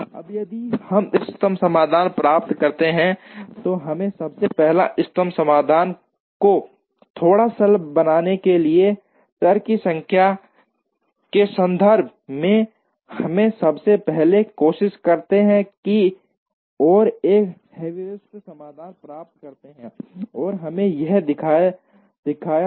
अब यदि हम इष्टतम समाधान प्राप्त करते हैं तो हम सबसे पहले इष्टतम समाधान को थोड़ा सरल बनाने के लिए चर की संख्या के संदर्भ में हम सबसे पहले कोशिश करते हैं और एक हेयुरिस्टिक समाधान प्राप्त करते हैं जैसे हमने यहां दिखाया है